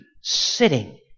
sitting